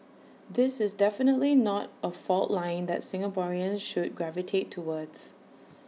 this is definitely not A fault line that Singaporeans should gravitate towards